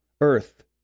earth